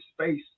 space